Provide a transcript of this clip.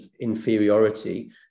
inferiority